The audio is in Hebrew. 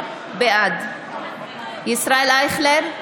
בעד ישראל אייכלר,